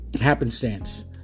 happenstance